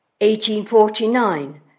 1849